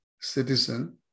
citizen